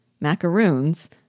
Macaroons